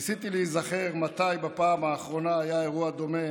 ניסיתי להיזכר מתי בפעם האחרונה היה אירוע דומה